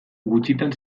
gutxitan